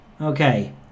okay